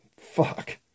Fuck